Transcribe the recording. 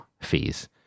fees